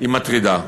היא מטרידה,